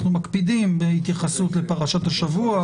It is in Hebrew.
אנחנו מקפידים בהתייחסות לפרשת השבוע,